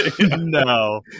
No